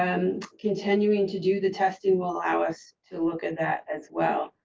um, continuing to do the testing will allow us to look at that as well.